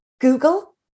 Google